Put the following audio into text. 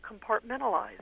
compartmentalize